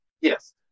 yes